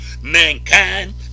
mankind